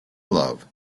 love